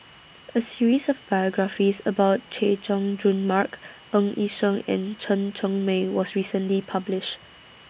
A series of biographies about Chay Jung Jun Mark Ng Yi Sheng and Chen Cheng Mei was recently published